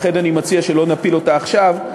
לכן אני מציע שלא נפיל אותה עכשיו,